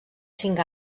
cinc